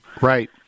Right